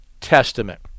testament